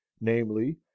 namely